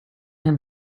him